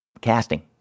casting